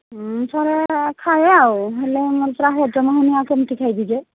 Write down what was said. ଥରେ ଖାଇବା ଆଉ ହେଲେ ମୋର ପରା ହଜମ ହେଉନି ଆଉ କେମିତି ଖାଇବି ଯେ